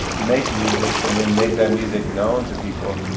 make music and then make that music known to people,